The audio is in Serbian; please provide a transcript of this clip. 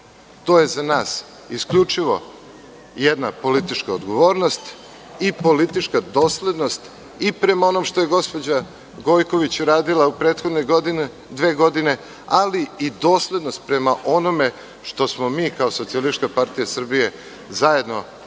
to je za nas isključivo jedna politička odgovornost i politička doslednost i prema onom što je gospođa Gojković uradila u prethodne dve godine, ali i doslednost prema onome što smo mi kao SPS zajedno sa